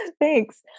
Thanks